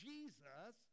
Jesus